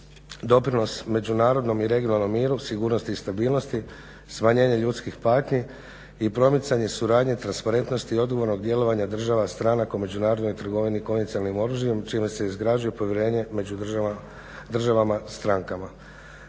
doprinos međunarodnom i regionalnom miru, sigurnosti i stabilnosti, smanjenje ljudskih patnji i promicanje suradnje i transparentnosti odgovornog djelovanja država stranaka u međunarodnoj trgovini konvencionalnim oružjem čime se izgrađuje povjerenje među državama strankama.